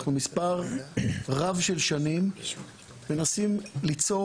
אנחנו מספר רב של שנים מנסים ליצור